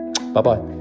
bye-bye